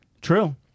true